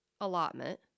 allotment